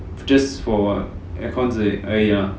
just for aircon 而已 ah